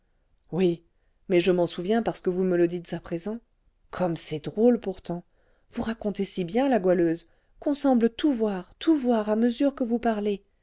oui mais je m'en souviens parce que vous me le dites à présent comme c'est drôle pourtant vous racontez si bien la goualeuse qu'on semble tout voir tout voir à mesure que vous parlez